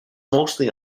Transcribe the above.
mostly